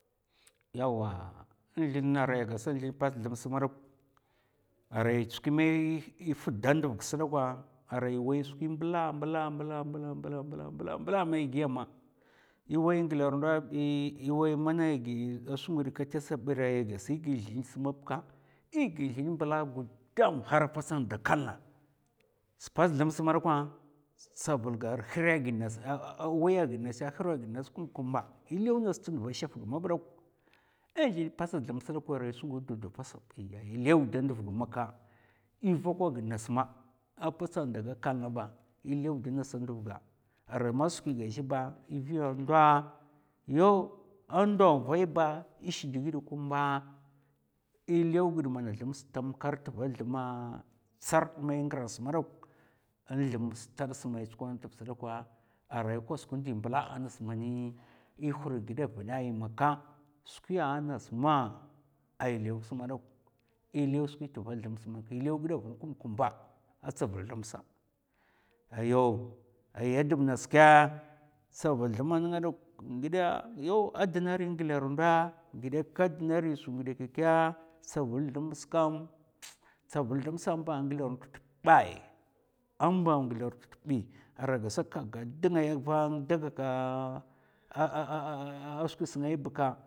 Yawwa in zlin na narai zlin pats thum sa dok arai skwi man è fda ndvgas dakwa, aray wai skwin mbla mbla mblap mbla mbla mai giya ma iwai ngèlar nɗo bi è wai mana gi a skwi ngida kètè sbir aray è gi zlins mab ka è gi zlinna mbla gudam har a patsa da kal na, pats thums madakwa tsavul hirra gid ngasa awaya gid ngasa, a hirra gid ngasa kumb kumba è lèw nga tndav tshaf ga mab dok in zlinè pats thumsa arai skwi gid da doppa sabi è lèw da nduvg maka è vokwa gid ngas ma a patsa daga kaln ba è lèwd ngasa nduv ga aray ma skwi ga zhè ba è viya ndo yaw, a ndo an vai ba è shidghid kumba è lèw mana gid thums tamkar tva thumma tsard man è ngara sdok in thums stad è tskwan tap sdakwa aray kosuk ndi mbla man è hurr gidaya nva ya swkiya ngas ma a lèws madok è lèw skwi tva thum sa mak, è lèw gida vin kumba a stavul thumsa ayyaw aya dab ngas kè, stavul thumma nènga dok a ghidè yaw a dna ri ngèlèr ndo, ghidè a dna ri skwi ghidè kèkkè tsavul thums kam mts tsavu thumsa amba ngèlèr ndo tabbai. amba ngèlèr nɗo tabbai aray a gasa a kaga dngaya va ndagaka skwis ngai bka,